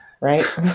right